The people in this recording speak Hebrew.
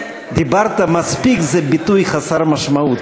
"דיברת מספיק" זה ביטוי חסר משמעות,